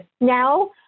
now